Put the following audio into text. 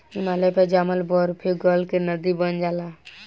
हिमालय पर जामल बरफवे गल के नदी बन जाला